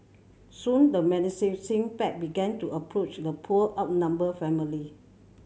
soon the menacing pack began to approach the poor outnumbered family